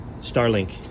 Starlink